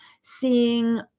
seeing